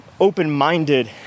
open-minded